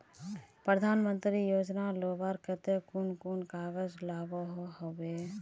प्रधानमंत्री योजना लुबार केते कुन कुन कागज लागोहो होबे?